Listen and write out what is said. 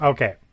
Okay